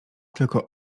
tylko